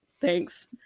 Thanks